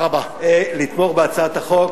לתמוך בהצעת החוק.